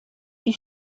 die